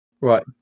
Right